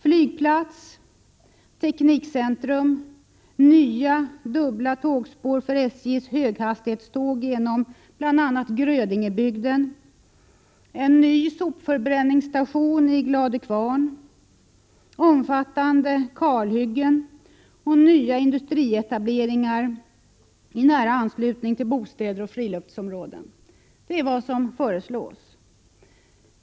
Flygplats, teknikcentrum, nya dubbla tågspår för SJ:s höghastighetståg genom bl.a. Grödingebygden, ny sopförbränningsstation i Gladökvarn, omfattande kalhyggen och nya industrietableringar i nära anslutning till bostäder och friluftsområden — det är vad som föreslås.